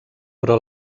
però